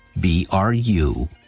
B-R-U